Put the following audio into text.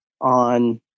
on